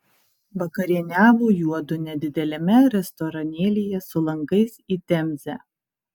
vakarieniavo juodu nedideliame restoranėlyje su langais į temzę